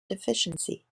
deficiency